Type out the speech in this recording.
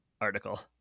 article